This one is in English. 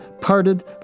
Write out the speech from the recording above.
parted